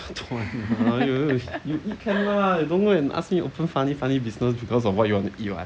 don't want lah you you eat can lah don't ask me open funny funny business because of what you want to eat [what]